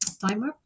timer